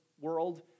world